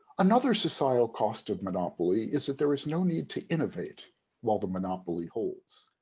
another societal cost of monopoly is that there is no need to innovate while the monopoly holds.